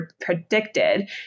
predicted